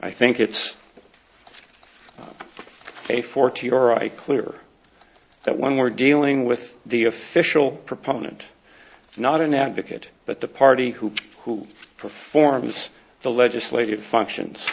i think it's a fourth year i clear that when we're dealing with the official proponent not an advocate but the party who who performs the legislative functions